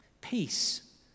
Peace